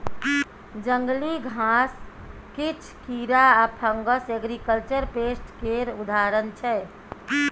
जंगली घास, किछ कीरा आ फंगस एग्रीकल्चर पेस्ट केर उदाहरण छै